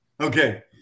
Okay